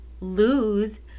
lose